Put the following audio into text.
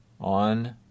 on